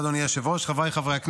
אני מזמין את השר מיקי זוהר להציג את